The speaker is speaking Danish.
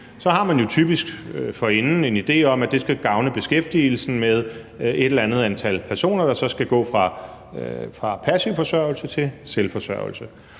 jo forinden typisk har en idé om, at det skal gavne beskæftigelsen med et eller andet antal personer, der så skal gå fra passiv forsørgelse til selvforsørgelse,